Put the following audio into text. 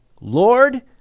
Lord